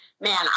man